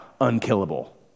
unkillable